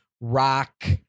rock